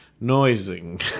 Noising